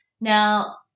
Now